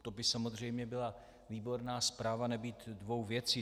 To by samozřejmě byla výborná zpráva nebýt dvou věcí.